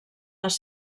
les